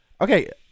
Okay